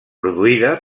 produïda